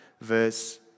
verse